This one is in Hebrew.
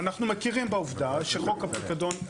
ואנחנו מכירים בעובדה שחוק הפיקדון,